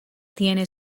tiene